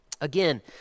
Again